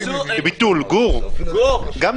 יש